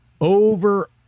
over